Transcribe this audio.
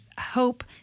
hope